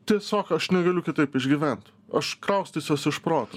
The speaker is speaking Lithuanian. tiesiog aš negaliu kitaip išgyvent aš kraustysiuos iš proto